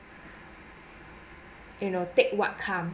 you know take what comes